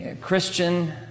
Christian